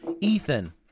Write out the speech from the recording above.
Ethan